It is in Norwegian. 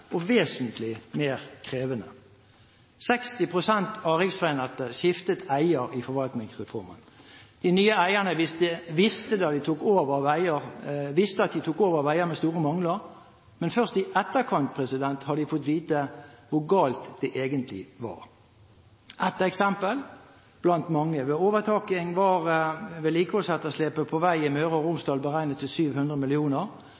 og vesentlig mer krevende. 60 pst. av riksveinettet skiftet eier i forvaltningsreformen. De nye eierne visste at de tok over veier med store mangler, men først i etterkant har de fått vite hvor galt det egentlig var. Ett eksempel blant mange: Ved overtaking var vedlikeholdsetterslepet på veiene i Møre og